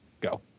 Go